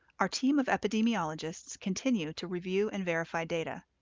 our team of epidemiologists continue to review and verify data,